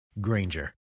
Granger